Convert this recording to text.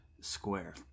square